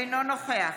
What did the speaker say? אינו נוכח